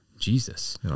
Jesus